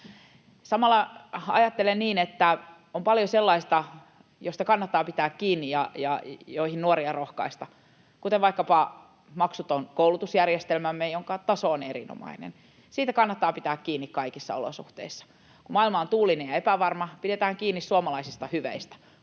Samalla ajattelen niin, että on paljon sellaista, josta kannattaa pitää kiinni ja joihin nuoria rohkaista, kuten vaikkapa maksuton koulutusjärjestelmämme, jonka taso on erinomainen. Siitä kannattaa pitää kiinni kaikissa olosuhteissa. Kun maailma on tuulinen ja epävarma, pidetään kiinni suomalaisista hyveistä: